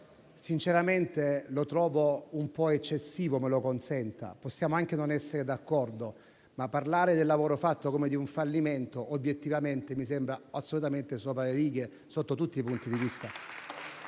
sinceramente lo trovo un po' eccessivo, me lo consenta; possiamo anche non essere d'accordo, ma parlare del lavoro fatto come di un fallimento obiettivamente mi sembra assolutamente sopra le righe sotto tutti i punti di vista.